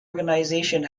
organisation